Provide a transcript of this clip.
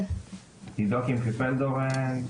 עידו קמחי פלדהורן,